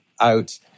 out